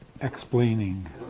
Explaining